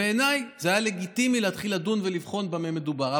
בעיניי זה היה לגיטימי להתחיל לדון ולבחון במה מדובר.